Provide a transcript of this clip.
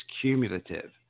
cumulative